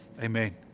amen